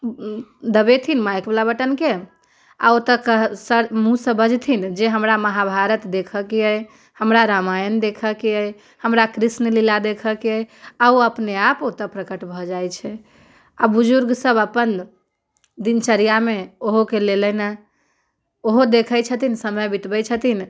दबेथिन माइकवला बटनके आ ओतऽ कऽ सँ मुँहसँ बजथिन जे हमरा महाभारत देखऽके अइ हमरा रामायण देखऽके अइ हमरा कृष्ण लीला देखऽके अइ आओर ओ अपने आप ओतऽ प्रकट भऽ जाइ छै आओर बुजुर्ग सभ अपन दिनचर्यामे ओहोके लेलनि हँ ओहो देखै छथिन समय बितबै छथिन